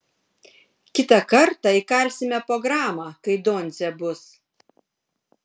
kitą kartą įkalsime po gramą kai doncė bus